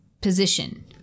position